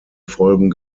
folgen